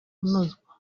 kunozwa